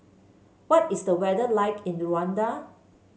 what is the weather like in Rwanda